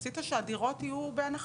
רצית שהדירות יהיו בהנחה.